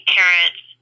parents